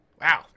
Wow